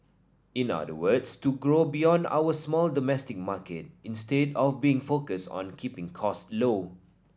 in other words to grow beyond our small domestic market instead of being focused on keeping cost low